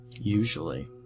Usually